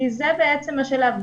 כי זה בעצם שלב.